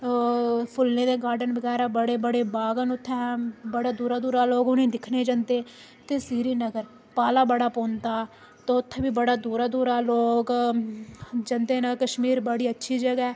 फुल्लें दे गार्डन बगैरा बड़े बड़े बाग न उत्थैं बड़ा दूरा दूरा लोग उ'नेंगी दिक्खने गी जंदे ते श्रीनगर पाला बड़ा पौंदा ते उत्थें बी दूरा दूरा लोक जंदे न कश्मीर बड़ी अच्छी जगह् ऐ